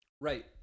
Right